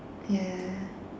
yeah